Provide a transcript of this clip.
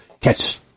catch